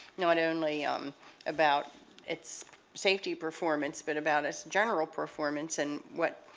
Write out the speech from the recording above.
not only um about its safety performance but about its general performance and what